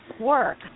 work